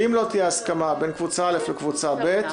אם לא תהיה הסכמה בין קבוצה א' לקבוצה ב',